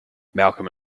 malcolm